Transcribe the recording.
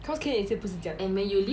cause Kain 也是不是这样的